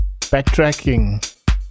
Backtracking